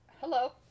hello